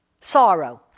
Sorrow